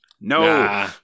No